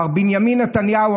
מר בנימין נתניהו,